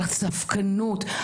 על ספקנות,